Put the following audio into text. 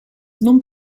non